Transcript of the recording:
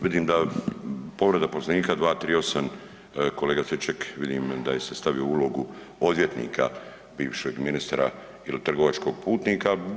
Vidim da povreda Poslovnika 238., kolega Stričak, vidim da je se stavio u ulogu odvjetnika bivšeg ministra, je li, trgovačkog putnika.